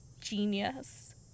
Genius